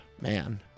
man